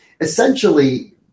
essentially